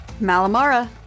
Malamara